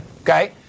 okay